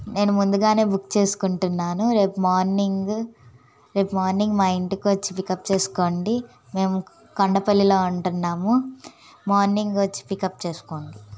నేను ముందుగా బుక్ చేసుకుంటున్నాను రేపు మార్నింగ్ రేపు మార్నింగ్ మా ఇంటికి వచ్చి పికప్ చేసుకోండి మేము కొండపల్లిలో ఉంటున్నాము మార్నింగ్ వచ్చి పికప్ చేసుకోండి